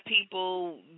people